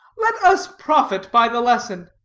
let us profit by the lesson